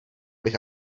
bych